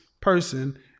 person